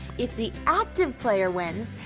if the active player wins,